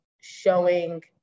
showing